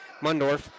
Mundorf